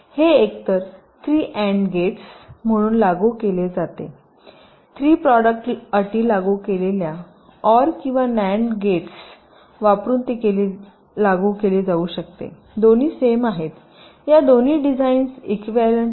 हे एकतर 3 and gates म्हणून लागू केले जाऊ शकते 3 प्रॉडक्ट अटी लागू केलेल्या ऑर किंवा नॅन्ड गेट्स वापरुन ती लागू केली जाऊ शकते दोन्ही सेम आहेत या दोन्ही डिझाईन्स इक्विव्हॅलेंट आहेत